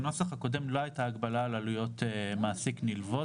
בנוסח הקודם לא הייתה הגבלה על עלויות מעסיק נלוות.